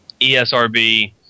ESRB